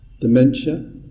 dementia